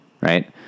right